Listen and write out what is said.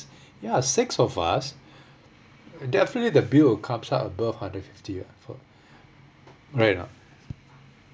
ya six of us definitely the bill will comes up above hundred fifty [what] right or not